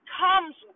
comes